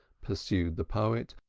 pursued the poet,